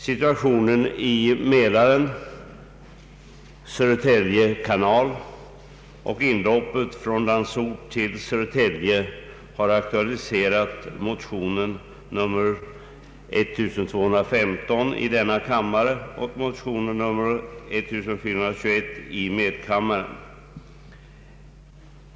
Situationen i Mälaren, Södertälje kanal och inloppet från Landsort till Södertälje har aktualiserat motionen nr 1215 i denna kammare och motionen or 1421 i medkammaren.